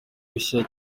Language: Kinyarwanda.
gashya